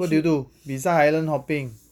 what did you do beside island hopping